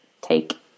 take